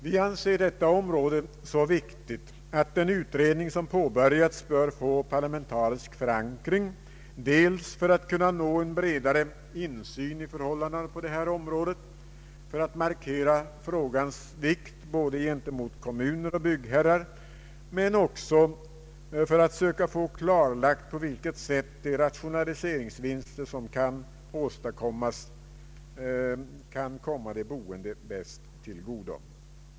Vi anser detta område så viktigt att den utredning som påbörjats bör få parlamentarisk förankring — dels för att kunna nå en bredare insyn i förhållandena på detta område, dels för att markera frågans vikt både gentemot kommuner och byggherrar, dels också för att söka få klarlagt på vilket sätt rationaliseringsvinsterna kan komma de boende till godo.